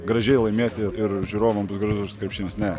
gražiai laimėti ir žiūrovam bus gražus krepšinis ne